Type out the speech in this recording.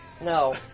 no